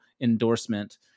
endorsement